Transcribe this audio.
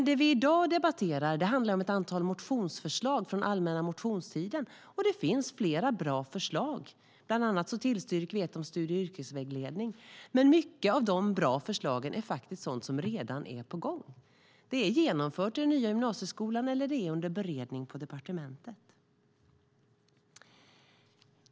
Det vi i dag debatterar handlar dock om ett antal motionsförslag från allmänna motionstiden, och det finns flera bra förslag. Bland annat tillstyrker vi ett om studie och yrkesvägledning. Många av de bra förslagen är dock sådant som faktiskt redan är på gång. Det är genomfört i den nya gymnasieskolan eller under beredning på departementet.